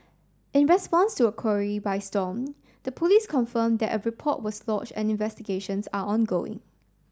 in response to a query by Stomp the police confirmed that a report was lodge and investigations are ongoing